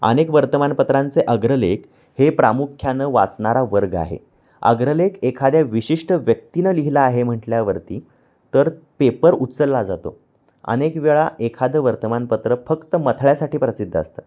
अनेक वर्तमानपत्रांचे अग्रलेख हे प्रामुख्यानं वाचणारा वर्ग आहे अग्रलेख एखाद्या विशिष्ट व्यक्तीनं लिहिला आहे म्हटल्यावरती तर पेपर उचलला जातो अनेक वेळा एखादं वर्तमानपत्र फक्त मथळ्यासाठी प्रसिद्ध असतात